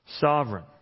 sovereign